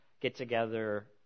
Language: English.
get-together